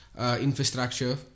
infrastructure